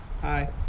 hi